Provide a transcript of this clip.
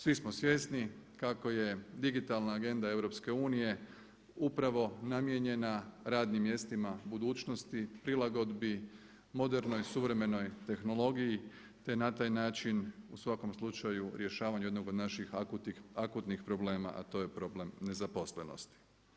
Svi smo svjesni kako je digitalna agenda Europske unije upravo namijenjena radnim mjestima budućnosti, prilagodbi modernoj suvremenoj tehnologiji te na taj način u svakom slučaju rješavanju jednog od naših akutnih problema a to je problem nezaposlenosti.